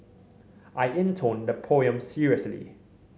I intoned the poem seriously